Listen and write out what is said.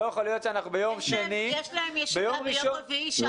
לא יכול להיות שאנחנו ביום שני --- יש להם ישיבה ביום רביעי שם.